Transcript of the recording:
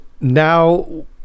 now